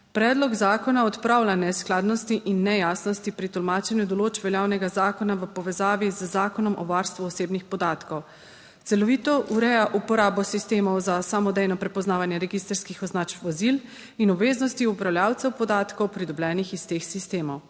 Predlog zakona odpravlja neskladnosti in nejasnosti pri tolmačenju določb veljavnega zakona v povezavi z Zakonom o varstvu osebnih podatkov. Celovito ureja uporabo sistemov za samodejno prepoznavanje registrskih označb vozil in obveznosti upravljavcev podatkov, pridobljenih iz teh sistemov.